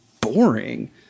boring